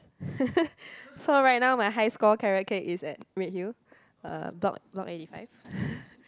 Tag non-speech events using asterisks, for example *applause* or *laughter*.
*laughs* so right now my high score carrot cake is at Redhill uh block block eighty five *breath*